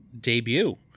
debut